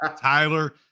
Tyler